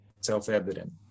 self-evident